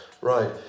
Right